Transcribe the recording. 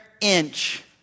inch